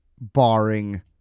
Barring